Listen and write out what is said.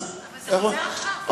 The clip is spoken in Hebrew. אז, אבל זה חוזר עכשיו, כנראה יש.